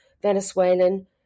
Venezuelan